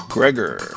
Gregor